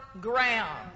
ground